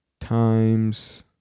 times